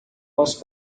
posso